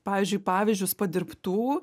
pavyzdžiui pavyzdžius padirbtų